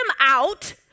out